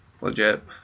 legit